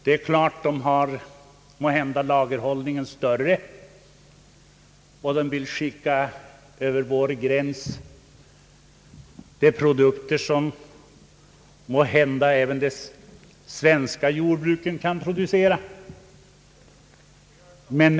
De har måhända en större lagerhållning och vill kanske över våra gränser sända produkter som också de svenska jordbruken kan producera.